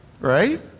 Right